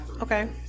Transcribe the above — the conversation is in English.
Okay